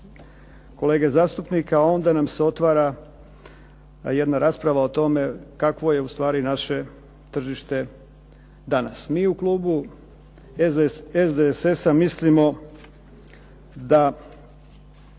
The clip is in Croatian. kolege zastupnika onda nam se otvara jedna rasprava o tome kakvo je ustvari naše tržište danas. Mi u klubu SDSS-a mislimo da